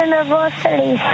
University